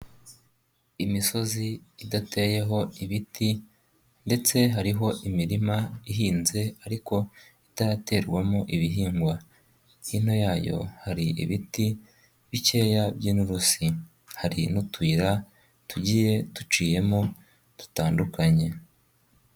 Imisozi idateyeho ibiti ndetse hariho imirima ihinze ariko itaraterwamo ibihigwa, hino yayo, hari ibiti bikeya by'inurusi, hari n'utuyira tugiye duciyemo dutandukanye.